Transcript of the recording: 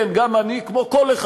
כן, גם אני, כמו כל אחד.